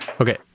Okay